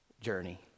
journey